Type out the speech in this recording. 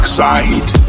side